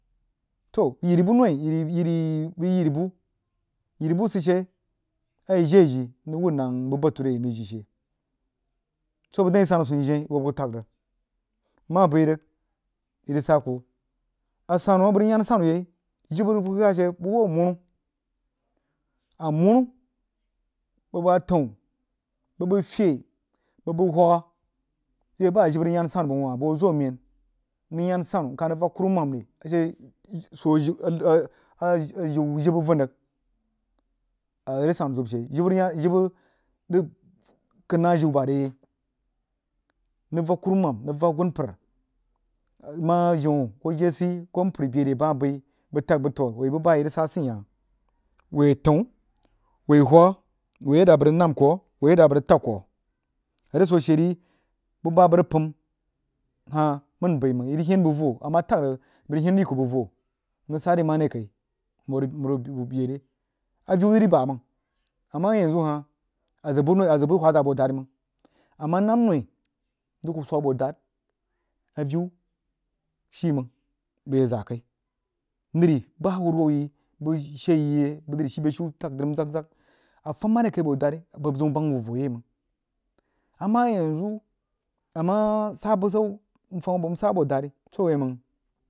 Toh yiri buh noi yiri bəg yiri buh yiri buh sid she a yi jie jii mrig wuhd nang bəg bufure yai mrig jii she soh abəg dang whi sanu gunye yo uhi tag rig mmah bəi rig yi rig seh kuh a sannu abəg rig yean sannu yai jibə rig buh bah she bəg hoo amanu amanu bəg bəg atəun bəg fye bəg bəg uhagha a she bah a jibə rig yan sannu bəg wah bəg hoo ziu amen nrig yaan sannu nkah rig vak kuruman rig she pa soo jibə vən rig a re sanna dab she jibə rig yan jibə rig kən nah jiu bəg a re yai nang vak kuruman nəng vak a gupər mah jima koh jesie koh npər beh re meh bəí bəg fag bəg toh woí bub bah a yi rig sah sidyi hah woi ahəu hoi whaggha woi yadda a bəg rig ndchu kal woi yadda a bəg rig tag koh a re soo she ri buh bah abəg rig pəm hah mənəm bəi mang yirig hen bəg voh a mah tag rig jia koh jesiy koh npər bel re bəg tag bəg toh buh bah a yi rig sah sid yi heh woi atəun woi hwagha woí yadda a bəg rig nahm kuh woi yadda a bəg rig tag kuh a re sooh she ri buh bah abəg pəun hah mənəm bəi mang yi rig hen bəg vash a mub tag rig a rig hen dri kuh bəg woh mrig sah dri mere kai nhoo rig bəi re aviu lori bamang amah a yanzu hah a zəg bəg hoi a zəg bah uhe zah a bodari. Heng a moh nam noi nzəj kuh swag a bo dahd alliu shi mang bəg yaza kai nəi bah huru-hu yi shee yi bəg ləri shii beshin tag dri nəm zeg-zag a fam mare kai a bo dari bəg yii bəg zəun bang wuh voh yai mang ama yanzu amch sah busau nfah abo nsa a bo dari soh awaí a mang.